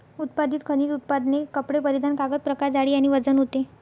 उत्पादित खनिज उत्पादने कपडे परिधान कागद प्रकार जाडी आणि वजन होते